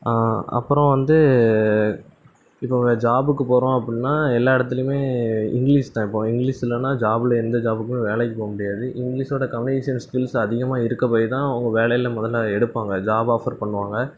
அப்புறோம் வந்து இப்போ ஜாப்க்கு போகறோம் அப்படினா எல்லாம் இடத்துலயுமே இங்கிலிஷ் தான் இப்போ இங்கிலிஷ் இல்லைனா ஜாப்பில் எந்த ஜாப்க்குமே வேலைக்கு போக முடியாது இங்கிலிஸோட கம்யூனிகேஷன் ஸ்கில்ஸ் அதிகமாக இருக்க போய்தான் அவங்க வேலையில ஒழுங்காக எடுப்பாங்க ஜாப் ஆஃபர் பண்ணுவாங்க